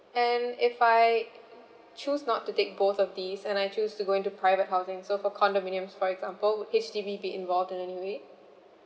and if I choose not to take both of these and I choose to go into private housing so for condominiums for example would H_D_B be involved in anyway